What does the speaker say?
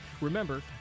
remember